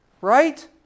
Right